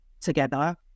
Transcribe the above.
together